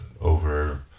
over